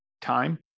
time